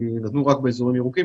הן תינתנה רק באזורים ירוקים.